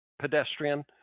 pedestrian